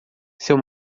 seu